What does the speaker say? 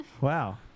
Wow